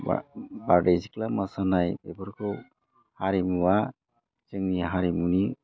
बा बारदै सिख्ला मोसानाय बेफोरखौ हारिमुआ जोंनि हारिमुनि